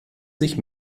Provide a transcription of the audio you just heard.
sich